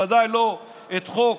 בוודאי לא את חוק